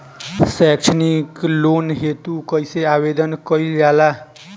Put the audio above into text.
सैक्षणिक लोन हेतु कइसे आवेदन कइल जाला?